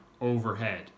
overhead